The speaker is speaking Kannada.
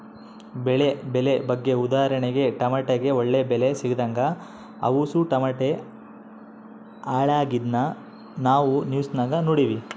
ಬೆಳೆ ಬೆಲೆ ಬಗ್ಗೆ ಉದಾಹರಣೆಗೆ ಟಮಟೆಗೆ ಒಳ್ಳೆ ಬೆಲೆ ಸಿಗದಂಗ ಅವುಸು ಟಮಟೆ ಹಾಳಾಗಿದ್ನ ನಾವು ನ್ಯೂಸ್ನಾಗ ನೋಡಿವಿ